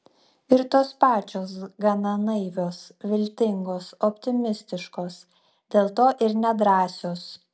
ir tos pačios gana naivios viltingos optimistiškos dėl to ir nedrąsios